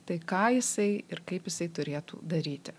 tai ką jisai ir kaip jisai turėtų daryti